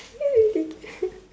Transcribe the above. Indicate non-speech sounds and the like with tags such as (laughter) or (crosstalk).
maybe (laughs)